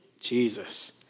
Jesus